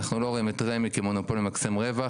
אנחנו לא רואים את רמ"י כמונופול למקסם רווח,